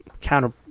counter